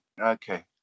Okay